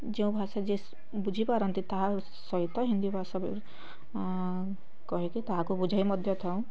ଯେଉଁ ଭାଷା ଯିଏ ବୁଝିପାରନ୍ତି ତାହା ସହିତ ହିନ୍ଦୀ ଭାଷା ବି କହିକି ତାହାକୁ ବୁଝାଇ ମଧ୍ୟ ଥାଉ